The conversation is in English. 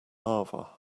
lava